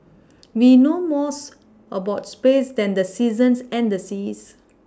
we know more about space than the seasons and the seas